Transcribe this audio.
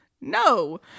no